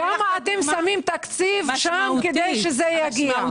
כמה אתם שמים תקציב שם ככדי שזה יגיע?